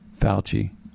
Fauci